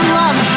love